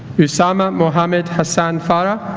usama mohamed hassan farah